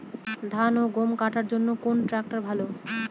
ধান ও গম কাটার জন্য কোন ট্র্যাক্টর ভালো?